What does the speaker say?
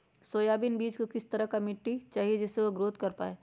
Soybean बीज को किस तरह का मिट्टी चाहिए जिससे वह ग्रोथ कर पाए?